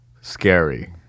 scary